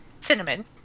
cinnamon